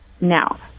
Now